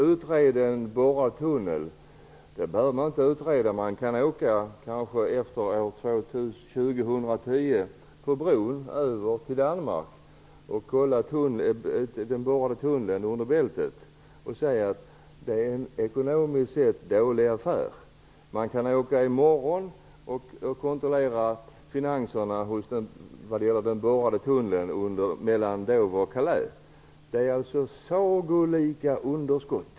Frågan om en borrad tunnel behöver inte utredas. Om man efter år 2010 åker över bron till Danmark och genom den borrade tunneln under bältet skall man se att denna är en ekonomiskt sett dålig affär. Man kan redan i dag kontrollera finanserna för den borrade tunneln mellan Dover och Calais.